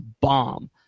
bomb